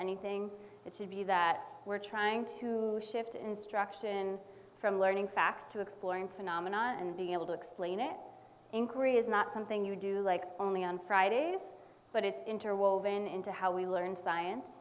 anything to be that we're trying to shift instruction from learning facts to exploring phenomena and being able to explain it in korea is not something you do like only on fridays but it's interwoven into how we learn science